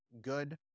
good